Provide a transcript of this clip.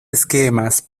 esquemas